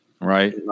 Right